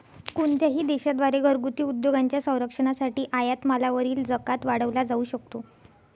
कोणत्याही देशा द्वारे घरगुती उद्योगांच्या संरक्षणासाठी आयात मालावरील जकात वाढवला जाऊ शकतो